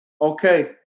okay